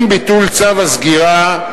עם ביטול צו הסגירה,